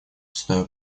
стоя